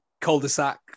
cul-de-sac